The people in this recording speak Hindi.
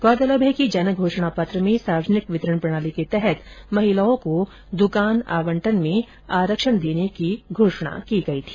गौरतलब है कि जनघोषणा पत्र में सार्वजनिक वितरण प्रणाली के तहत महिलाओं को दुकान आवंटन में आरक्षण देने की घोषणा की गई थी